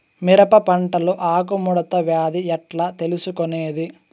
మిరప పంటలో ఆకు ముడత వ్యాధి ఎట్లా తెలుసుకొనేది?